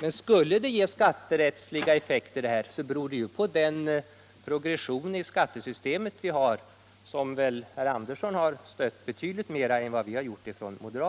Men skulle vårt system ge skatterättsliga effekter, så beror det ju på den progression i skattesystemet som vi har och som vi från moderat håll arbetar på att minska. En annan invändning har